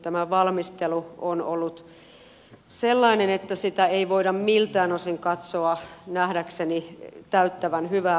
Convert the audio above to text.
tämän valmistelu on ollut sellainen että ei voida miltään osin katsoa nähdäkseni sen täyttävän hyvää lainlaatimistapaa